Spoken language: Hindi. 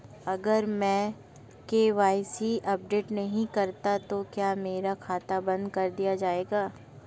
अगर मैं के.वाई.सी अपडेट नहीं करता तो क्या मेरा खाता बंद कर दिया जाएगा?